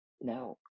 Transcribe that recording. No